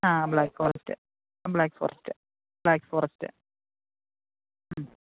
ആ black forest black forest black forest മ്